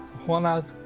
when i